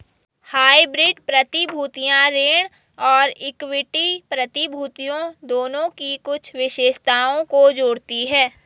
hybrid प्रतिभूतियां ऋण और इक्विटी प्रतिभूतियों दोनों की कुछ विशेषताओं को जोड़ती हैं